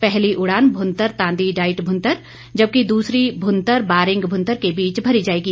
पहली उड़ान भूंतर तांदी डाईट भूंतर जबकि दूसरी भूंतर बारिंग भूंतर के बीच भरी जाएगी